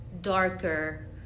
darker